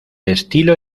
estilo